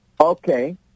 Okay